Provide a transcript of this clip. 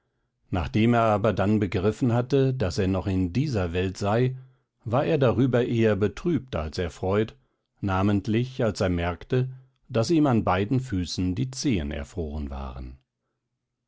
nachdem er aber dann begriffen hatte daß er noch hier in dieser welt sei war er darüber eher betrübt als erfreut namentlich als er merkte daß ihm an beiden füßen die zehen erfroren waren